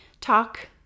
talk